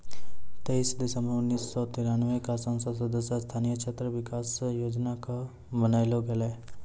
तेइस दिसम्बर उन्नीस सौ तिरानवे क संसद सदस्य स्थानीय क्षेत्र विकास योजना कअ बनैलो गेलैय